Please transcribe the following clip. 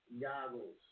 Goggles